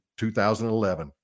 2011